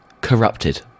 corrupted